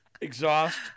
Exhaust